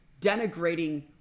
denigrating